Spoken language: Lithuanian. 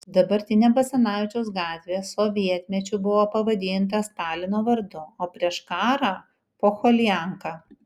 dabartinė basanavičiaus gatvė sovietmečiu buvo pavadinta stalino vardu o prieš karą pohulianka